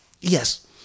yes